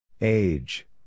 Age